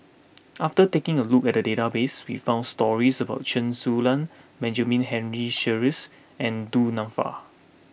after taking a look at the database we found stories about Chen Su Lan Benjamin Henry Sheares and Du Nanfa